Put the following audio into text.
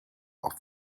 auch